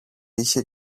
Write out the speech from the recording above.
είχε